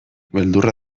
beldurra